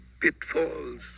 pitfalls